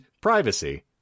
privacy